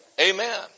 Amen